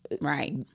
right